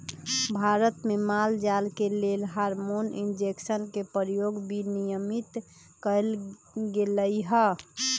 भारत में माल जाल के लेल हार्मोन इंजेक्शन के प्रयोग विनियमित कएल गेलई ह